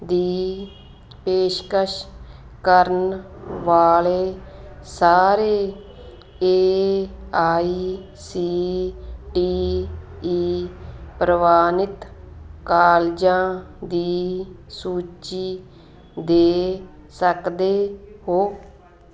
ਦੀ ਪੇਸ਼ਕਸ਼ ਕਰਨ ਵਾਲੇ ਸਾਰੇ A I C T E ਪ੍ਰਵਾਨਿਤ ਕਾਲਜਾਂ ਦੀ ਸੂਚੀ ਦੇ ਸਕਦੇ ਹੋ